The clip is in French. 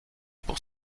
pour